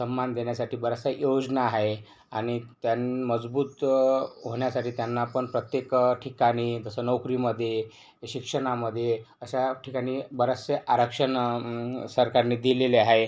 सम्मान देण्यासाठी बऱ्याचशा योजना आहे आणि त्याना मजबूत होण्यासाठी त्यांनापण प्रत्येक ठिकाणी जसं नोकरीमधे शिक्षनामधे अशा ठिकाणी बऱ्याचशा आरक्षण सरकारनी दिलेले आहे